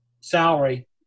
salary